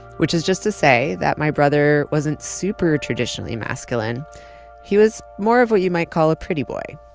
which is just to say, that my brother wasn't super traditionally masculine he was more of what you might call a pretty boy,